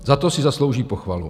Za to si zaslouží pochvalu.